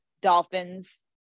dolphins